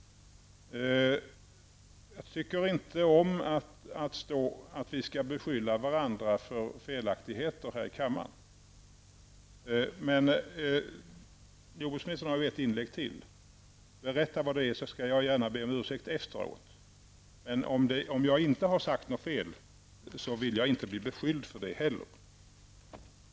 Jag tycker inte om att vi skall beskylla varandra för felaktigheter här i kammaren. Men jordbruksministern har ju ett inlägg till och kan berätta vad det är. Då skall jag gärna be om ursäkt efteråt, men om jag inte har sagt något fel, vill jag inte bli beskylld för det heller.